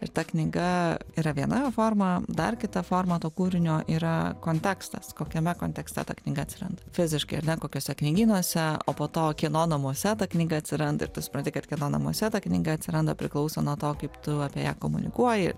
ir ta knyga yra viena forma dar kita forma to kūrinio yra kontekstas kokiame kontekste ta knyga atsiranda fiziškai ar ne kokiuose knygynuose o po to kieno namuose ta knyga atsiranda ir tu supranti kad kieno namuose ta knyga atsiranda priklauso nuo to kaip tu apie ją komunikuoji